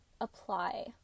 apply